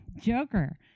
Joker